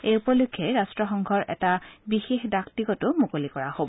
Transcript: এই উপলক্ষে ৰাট্টসংঘৰ এটা বিশেষ ডাক টিকটো মুকলি কৰা হ'ব